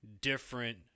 different